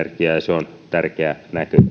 se on tärkeä